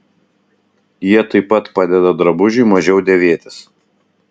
jie taip pat padeda drabužiui mažiau dėvėtis